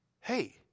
Hey